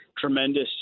tremendous